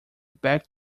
back